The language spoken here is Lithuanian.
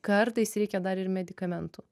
kartais reikia dar ir medikamentų